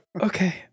okay